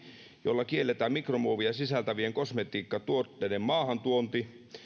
jolla kielletään mikromuovia sisältävien kosmetiikkatuotteiden maahantuonti